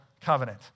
covenant